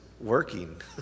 working